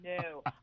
no